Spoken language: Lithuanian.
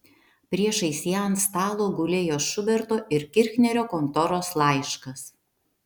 priešais ją ant stalo gulėjo šuberto ir kirchnerio kontoros laiškas